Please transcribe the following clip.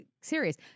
serious